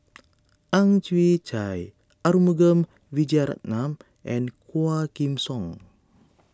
Ang Chwee Chai Arumugam Vijiaratnam and Quah Kim Song